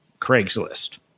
Craigslist